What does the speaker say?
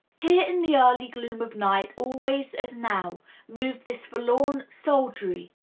here in the early gloom of night always as now move this forlorn soldiery,